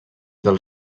del